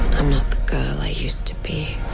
i'm not the girl i used to be.